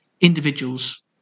individuals